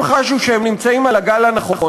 הם חשו שהם נמצאים על הגל הנכון.